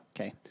Okay